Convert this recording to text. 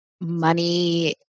money